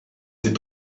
sie